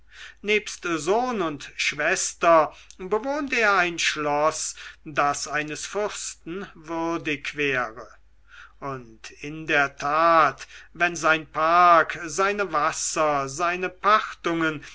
nebst sohn und schwester bewohnt er ein schloß das eines fürsten würdig wäre und in der tat wenn sein park seine wasser seine pachtungen